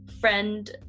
friend